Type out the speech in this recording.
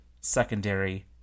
secondary